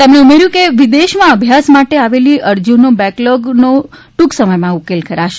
તેમણે ઉમેર્યું છે કે વિદેશમાં અભ્યાસ માટે આવેલી અરજીનો બેકલોગનો ટ્ર્ટક સમયમાં ઉકેલ કરાશે